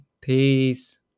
Peace